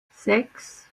sechs